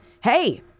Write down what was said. hey